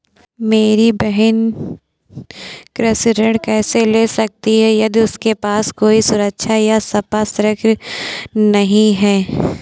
मेरी बहिन कृषि ऋण कैसे ले सकती है यदि उसके पास कोई सुरक्षा या संपार्श्विक नहीं है?